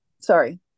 sorry